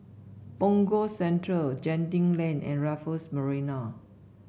Punggol Central Genting Lane and Raffles Marina